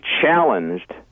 challenged